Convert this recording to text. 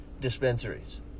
dispensaries